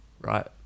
right